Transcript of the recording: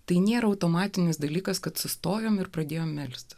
tai nėra automatinis dalykas kad sustojome ir pradėjo melstis